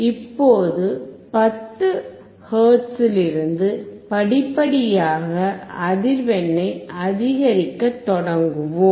இப்போது 10 ஹெர்ட்ஸிலிருந்து படிப்படியாக அதிர்வெண்ணை அதிகரிக்கத் தொடங்குவோம்